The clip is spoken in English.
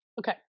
okay